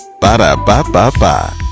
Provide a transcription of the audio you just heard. Ba-da-ba-ba-ba